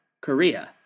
Korea